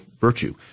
virtue